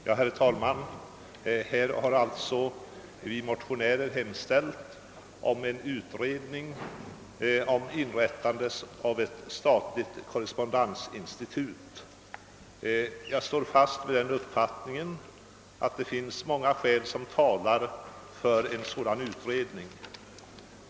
Herr talman! Vi motionärer har hemställt om en utredning angående inrättande av ett statligt korrespondensinstitut. Jag håller fast vid uppfattningen att många omständigheter talar för en sådan utredning.